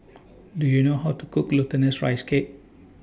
Do YOU know How to Cook Glutinous Rice Cake